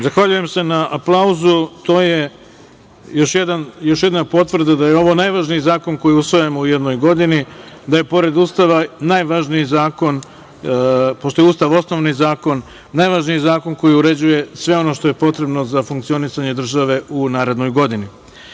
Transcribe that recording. godinu. Zahvaljujem se na aplauzu. To je još jedna potvrda da je ovo najvažniji zakon koji usvajamo u jednoj godini. Da je pored Ustava najvažniji zakon, pošto je Ustav osnovni zakon, najvažniji zakon koji uređuje sve ono što je potrebno za funkcionisanje države u narednoj godini. Sada